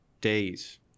days